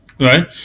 right